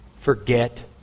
forget